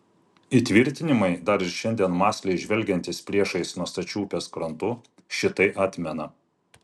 įtvirtinimai dar ir šiandien mąsliai žvelgiantys priešais nuo stačių upės krantų šitai atmena